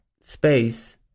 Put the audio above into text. space